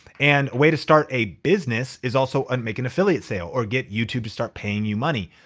and way to start a business is also on making affiliate sale or get youtube to start paying you money.